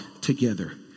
together